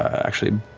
actually,